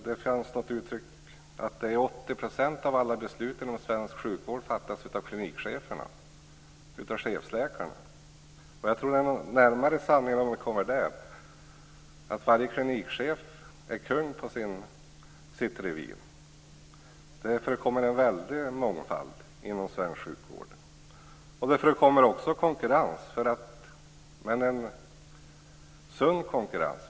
Det finns något uttryck om att 80 % av alla beslut inom svensk sjukvård fattas av klinikcheferna, av chefsläkarna. Det är nog närmare sanningen. Varje klinikchef är kung över sitt revir. Det förekommer en väldig mångfald inom svensk sjukvård. Det förekommer också konkurrens, men en sund konkurrens.